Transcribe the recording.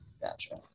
Gotcha